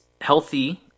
healthy